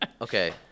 Okay